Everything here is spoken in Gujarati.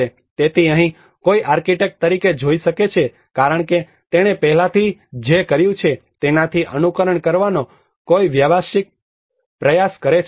તેથી અહીં કોઈ આર્કિટેક્ટ તરીકે જોઈ શકે છે કારણ કે તેણે પહેલાથી જે કર્યું છે તેનાથી અનુકરણ કરવાનો કોઈ વ્યાવસાયિક પ્રયાસ કરે છે